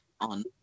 on